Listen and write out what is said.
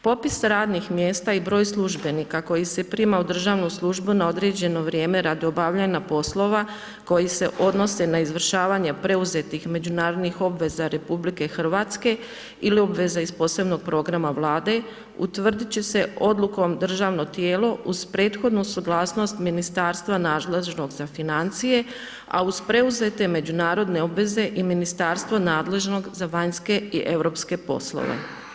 Popis radnih mjesta i broj službenika koji se prima na državnu službu na određeno vrijeme, radi obavljanja poslova, koji se odnosi na izvršavanje preuzeti međunarodnih obveza RH ili obveza iz posebnih programa vlade, utvrditi će se odlukom državno tijelo, uz prethodno suglasnost ministarstva nadležnog za financije, a uz preuzete međunarodne obveze i ministarstvo nadležnog za vanjske i europske poslove.